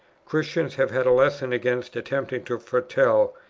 christians have had a lesson against attempting to foretell,